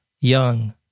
young